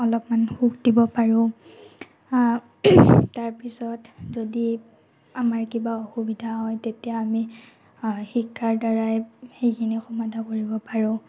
অলপমান সুখ দিব পাৰোঁ তাৰপিছত যদি আমাৰ কিবা অসুবিধা হয় তেতিয়া আমি শিক্ষাৰ দ্বাৰাই সেইখিনি সমাধান কৰিব পাৰোঁ